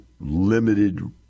limited